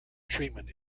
treatment